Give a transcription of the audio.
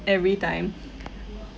every time